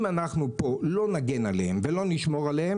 אם אנחנו פה לא נגן עליהם ולא נשמור עליהם